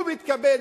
הוא מתקבל,